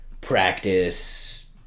practice